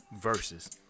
Versus